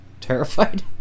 terrified